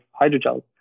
hydrogels